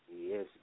Yes